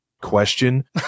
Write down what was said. question